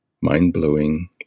mind-blowing